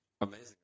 Amazing